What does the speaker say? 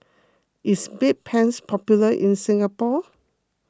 is Bedpans popular in Singapore